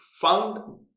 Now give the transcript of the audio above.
found